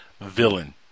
villain